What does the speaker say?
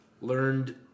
learned